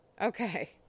Okay